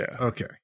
Okay